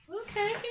okay